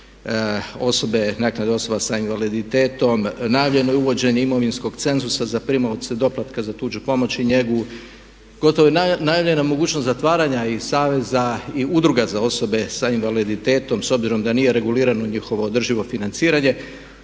osobe, naknadu osoba sa invaliditetom. Najavljeno je uvođenje imovinskog cenzusa …/Govornik se ne razumije./… doplatka za tuđu pomoć i njegu. Gotovo je najavljena mogućnost zatvaranja i saveza i udruga za osobe sa invaliditetom s obzirom da nije regulirano njihovo održivo financiranje.